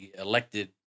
elected